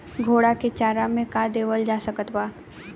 घोड़ा के चारा मे का देवल जा सकत बा?